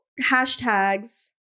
hashtags